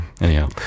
Anyhow